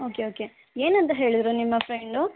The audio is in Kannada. ಓಕೆ ಓಕೆ ಏನಂತ ಹೇಳಿದ್ರು ನಿಮ್ಮ ಫ್ರೆಂಡು